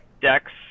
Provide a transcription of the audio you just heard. decks